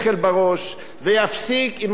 ויפסיק עם המועצה הזאת,